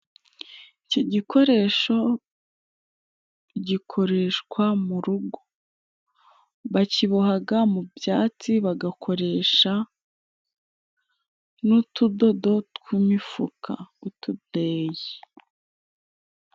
Ico gikoresho gikoreshwaga mu rugo. Bakibohaga mu byatsi bagakoresha n'utudodo tw'imifuka. Utudeyi.